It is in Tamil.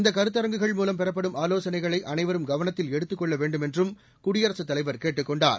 இந்த கருத்தரங்குகள் மூலம் பெறப்படும் ஆலோசனைகளை அனைவரும் கவனத்தில் எடுத்துக் கொள்ள வேண்டுமென்றும் குடியரசுத் தலைவர் கேட்டுக் கொண்டார்